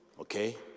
okay